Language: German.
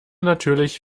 natürlich